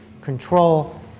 control